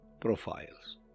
profiles